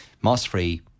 Moss-free